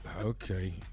Okay